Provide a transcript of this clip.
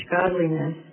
godliness